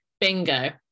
bingo